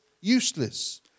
useless